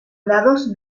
lados